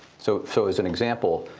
so so as an example,